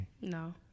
No